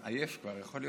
אולי נרוויח מזה,